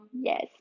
yes